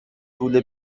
طول